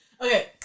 Okay